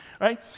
right